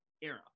era